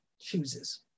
chooses